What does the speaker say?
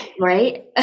right